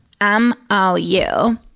M-O-U